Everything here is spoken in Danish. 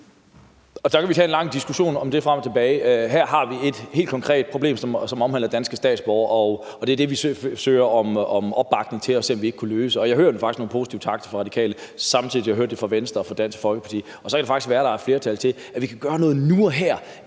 Det kan vi tage en lang diskussion om frem og tilbage. Her har vi et helt konkret problem, som omhandler danske statsborgere, og vi søger om opbakning til at se, om vi ikke kan løse det. Jeg hører faktisk nogle positive takter fra Radikale. Det samme hører jeg fra Venstre og Dansk Folkeparti. Så kan det faktisk være, at der er et flertal for, at vi kan gøre noget nu og her,